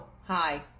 hi